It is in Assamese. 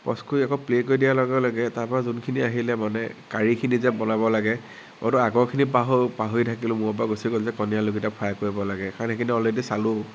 প'জ কৰি আকৌ প্লে কৰি দিয়াৰ লগে লগে তাৰপৰা যোনখিনি আহিলে মানে কাৰীখিনি যে বনাব লাগে মইতো আগৰখিনি পাহৰি থাকিলোঁ মূৰৰ পৰা গুচি গ'ল যে কণী আলুগিটা ফ্ৰাই কৰিব লাগে কাৰণ সেইখিনি অলৰেদি চালোঁ